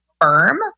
firm